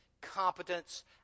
competence